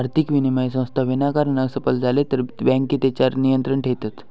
आर्थिक विनिमय संस्था विनाकारण असफल झाले तर बँके तेच्यार नियंत्रण ठेयतत